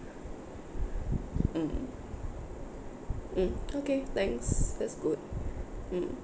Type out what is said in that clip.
mm mm okay thanks that's good mm